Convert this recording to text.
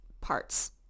parts